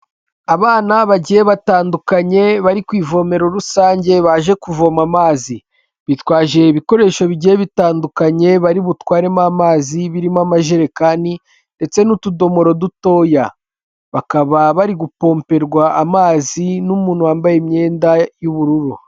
Abana bagiye batandukanye bari ku ivomero rusange baje kuvoma amazi, bitwaje ibikoresho bigiye bitandukanye bari butwaremo amazi, birimo amajerekani ndetse n'utudomoro dutoya, bakaba bari gupomperwa amazi n'umuntu wambaye imyenda y'ubururu.